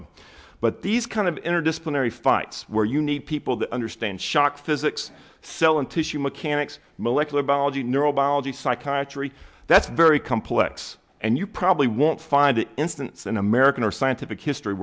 a but these kind of interdisciplinary fights where you need people to understand shock physics sellon tissue mechanics molecular biology neurobiology psychiatry that's very complex and you probably won't find an instance in american or scientific history